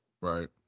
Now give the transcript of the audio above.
Right